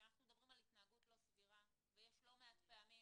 כשאנחנו מדברים על התנהגות לא סבירה ויש לא מעט פעמים